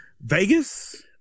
Vegas